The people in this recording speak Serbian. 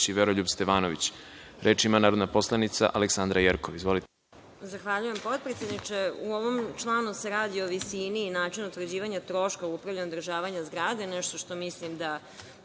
i Veroljub Stevanović. Reč ima narodna poslanica Aleksandra Jerkov. Izvolite.